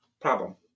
problem